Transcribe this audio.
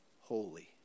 holy